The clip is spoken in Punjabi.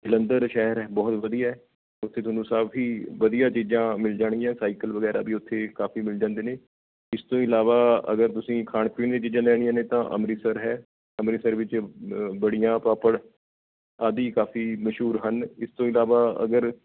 ਜਲੰਧਰ ਸ਼ਹਿਰ ਹੈ ਬਹੁਤ ਵਧੀਆ ਉੱਥੇ ਤੁਹਾਨੂੰ ਸਭ ਹੀ ਵਧੀਆ ਚੀਜ਼ਾਂ ਮਿਲ ਜਾਣਗੀਆਂ ਸਾਈਕਲ ਵਗੈਰਾ ਵੀ ਉੱਥੇ ਕਾਫੀ ਮਿਲ ਜਾਂਦੇ ਨੇ ਇਸ ਤੋਂ ਇਲਾਵਾ ਅਗਰ ਤੁਸੀਂ ਖਾਣ ਪੀਣ ਦੀਆਂ ਚੀਜ਼ਾਂ ਲੈਣੀਆਂ ਨੇ ਤਾਂ ਅੰਮ੍ਰਿਤਸਰ ਹੈ ਅੰਮ੍ਰਿਤਸਰ ਵਿੱਚ ਬੜੀਆਂ ਪਾਪੜ ਆਦਿ ਕਾਫੀ ਮਸ਼ਹੂਰ ਹਨ ਇਸ ਤੋਂ ਇਲਾਵਾ ਅਗਰ